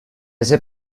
ese